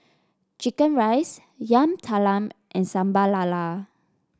chicken rice Yam Talam and Sambal Lala